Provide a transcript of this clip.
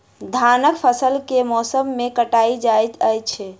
धानक फसल केँ मौसम मे काटल जाइत अछि?